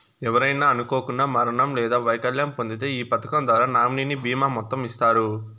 ఎవరైనా అనుకోకండా మరణం లేదా వైకల్యం పొందింతే ఈ పదకం ద్వారా నామినీకి బీమా మొత్తం ఇస్తారు